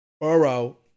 Burrow